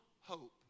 hope